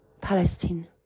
Palestine